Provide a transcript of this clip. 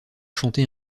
chanter